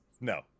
No